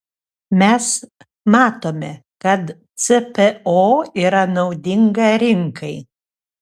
mes matome kad cpo yra naudinga rinkai